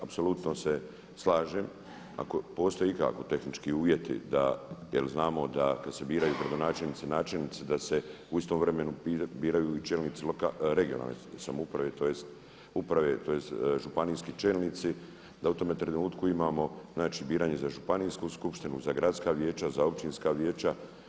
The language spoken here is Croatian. Apsolutno se slažem, ako postoje ikako tehnički uvjeti da, jer znamo da kada se biraju gradonačelnici i načelnici da se u istom vremenu biraju i čelnici regionalne samouprave tj. županijski čelnici da u tome trenutku imamo znači biranje za županijsku skupštinu, za gradska vijeća, za općinska vijeća.